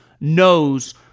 knows